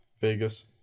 Vegas